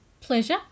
Pleasure